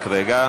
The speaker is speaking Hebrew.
רק רגע.